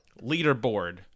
Leaderboard